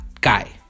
guy